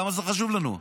למה זה חשוב לנו?